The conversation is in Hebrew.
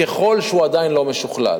ככל שהוא עדיין לא משוכלל,